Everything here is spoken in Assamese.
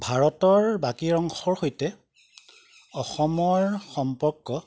ভাৰতৰ বাকী অংশৰ সৈতে অসমৰ সম্পৰ্ক